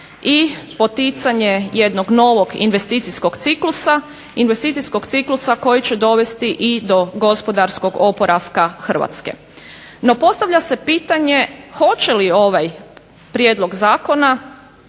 i poticanje jednog novog investicijskog ciklusa, investicijskog ciklusa koji će dovesti i do gospodarskog oporavka Hrvatske. No, postavlja se pitanje, hoće li ovaj prijedlog zakona